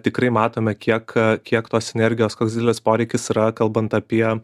tikrai matome kiek kiek tos sinergijos koks didelis poreikis yra kalbant api